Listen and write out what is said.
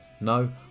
No